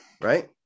Right